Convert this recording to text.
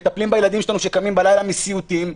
מטפלים בילדים שלנו שמים בלילה מסיוטים.